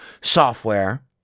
software